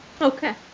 Okay